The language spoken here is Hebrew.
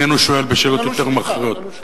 איננו שואל בשאלות יותר מכריעות.